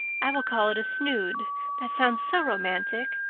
i will call it a snood that sounds so romantic.